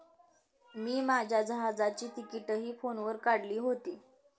मी माझ्या जहाजाची तिकिटंही फोनवर काढली होती